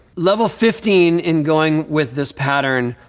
level fifteen, in going with this pattern,